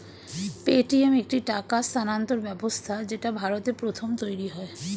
Paytm একটি টাকা স্থানান্তর ব্যবস্থা যেটা ভারতে প্রথম তৈরী হয়